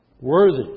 Worthy